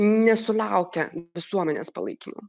nesulaukia visuomenės palaikymo